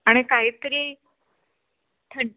आणि काही तरी थंड